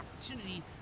opportunity